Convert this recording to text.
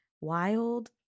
wild